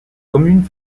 communes